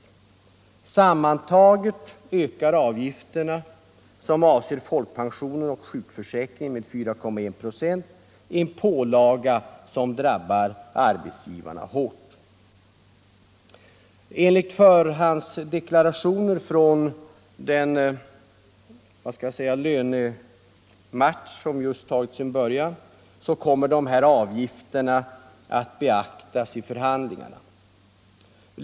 Tillsammantaget ökar avgifterna för folkpensionerna och sjukförsäkringen med 4,1 procent, en pålaga som drabbar arbetsgivarna hårt. Enligt förhandsmeddelanden från den lönematch som just tagit sin början kommer dessa avgifter att beaktas vid förhandlingarna.